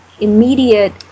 immediate